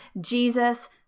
Jesus